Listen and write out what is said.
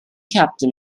captain